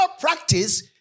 practice